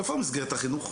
איפה מסגרת החינוך?